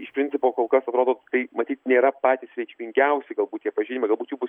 iš principo kol kas atrodo tai matyt nėra patys reikšmingiausi galbūt jie pažymi galbūt bus jų